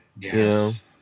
Yes